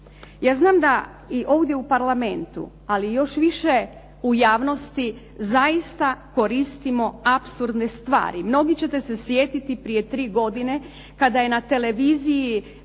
Ja znam da i ovdje u parlamentu ali i još više u javnosti zaista koristimo apsurdne stvari. Mnogi ćete se sjetiti prije tri godine kada je na televiziji